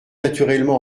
naturellement